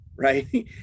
right